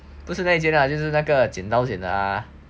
不是那一间就 lah 是那个剪刀剪 ah